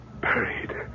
Buried